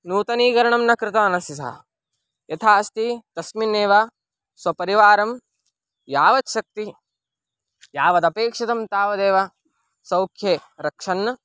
नूतनीकरणं न कृतवानस्य सः यथा अस्ति तस्मिन्नेव स्वपरिवारं यावत् शक्तिः यावदपेक्षितं तावदेव सौख्ये रक्षन्